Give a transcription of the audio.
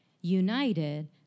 united